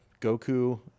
Goku